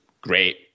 great